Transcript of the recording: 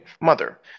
mother